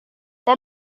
saya